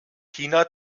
china